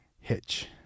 Hitch